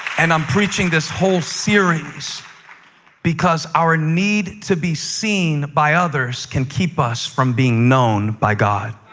and i'm preaching this whole series because our need to be seen by others can keep us from being known by god.